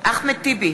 אחמד טיבי,